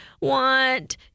want